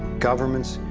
governments,